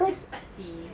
cepat seh